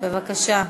בבקשה.